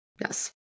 Yes